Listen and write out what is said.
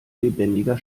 lebendiger